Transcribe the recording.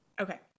Okay